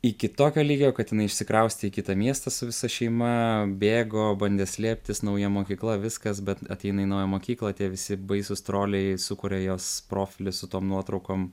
iki tokio lygio kad jinai išsikraustė į kitą miestą su visa šeima bėgo bandė slėptis nauja mokykla viskas bet ateina į naują mokyklą tie visi baisūs troliai sukuria jos profilį su tom nuotraukom